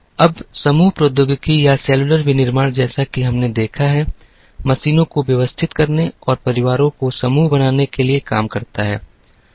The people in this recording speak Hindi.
अब समूह प्रौद्योगिकी या सेलुलर विनिर्माण जैसा कि हमने देखा है मशीनों को व्यवस्थित करने और परिवारों को समूह बनाने के लिए काम करता है